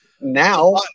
Now